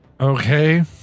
Okay